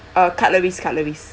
uh cutleries cutleries